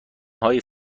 های